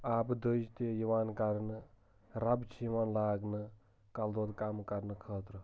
آبہٕ دٕجۍ تہِ یِوان کَرنہٕ رَب چھِ یِوان لاگنہٕ کَل دود کَم کرنہٕ خٲطرٕ